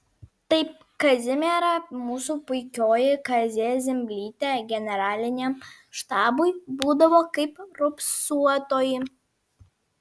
taip kazimiera mūsų puikioji kazė zimblytė generaliniam štabui būdavo kaip raupsuotoji